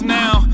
now